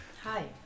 Hi